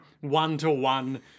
one-to-one